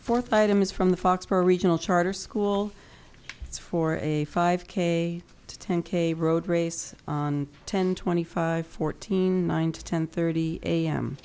fourth item is from the foxboro regional charter school for a five k to ten k road race on ten twenty five fourteen and to ten thirty a